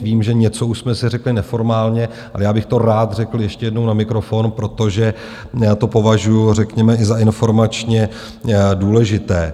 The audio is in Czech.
Vím, že něco už jsme si řekli neformálně, ale já bych to rád řekl ještě jednou na mikrofon, protože to považuji řekněme i za informačně důležité.